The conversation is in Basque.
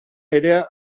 ere